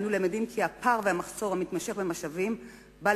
אנו למדים כי הפער והמחסור המתמשך במשאבים באים